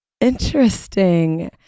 Interesting